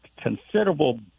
considerable